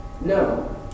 No